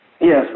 Yes